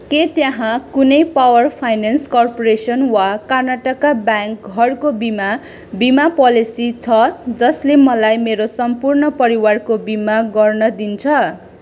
के त्यहाँ कुनै पावर फाइनेन्स कर्पोरेसन वा कर्नाटक ब्याङ्क घरको बिमा बिमा पोलेसी छ जसले मलाई मेरो सम्पूर्ण परिवारको बिमा गर्न दिन्छ